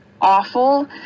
awful